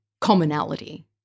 commonality